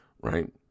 right